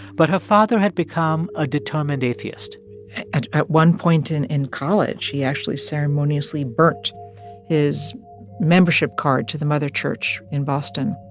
but her father had become a determined atheist at at one point in in college, he actually ceremoniously burnt his membership card to the mother church in boston